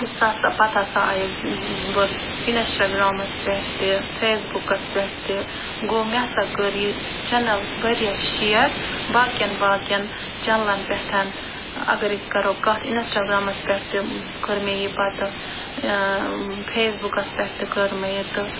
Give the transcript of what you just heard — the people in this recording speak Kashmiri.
سۅ ہسا پتہٕ ہسا آیس بہٕ اِنسٹاگرٛامس پٮ۪ٹھ تہِ فیس بُکس پٮ۪ٹھ تہِ گوٚو مےٚ سا کٔر یہِ چنل وارِیاہ شِیر باقین باقین چنلن پٮ۪ٹھ اگر أسۍ کَرو کتھ اِنسٹاگرٛامس پٮ۪ٹھ تہِ کٔر مےٚ یہِ پتہٕ فیس بُکس پٮ۪ٹھ تہِ کٔر مےٚ یہِ تہٕ